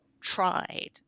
tried